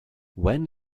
when